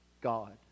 God